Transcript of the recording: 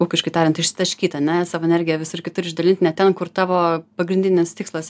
ūkiškai tariant išsitaškyt ane savo energiją visur kitur išdalint ne ten kur tavo pagrindinis tikslas